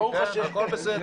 ברוך ה', הכול בסדר.